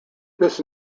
this